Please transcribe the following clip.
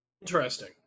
Interesting